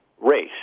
race